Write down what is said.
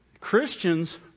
Christians